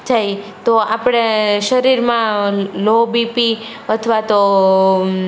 જાઈએ તો આપણે શરીરમાં લો બીપી અથવા તો